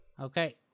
Okay